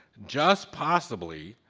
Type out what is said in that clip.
just possibly,